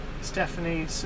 Stephanie